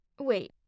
Wait